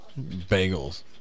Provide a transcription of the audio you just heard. Bagels